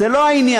זה לא העניין.